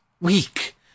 Weak